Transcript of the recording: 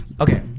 Okay